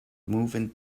moving